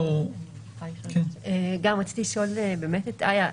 גם רציתי לשאול את איה,